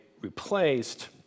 replaced